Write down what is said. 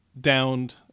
downed